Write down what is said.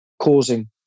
causing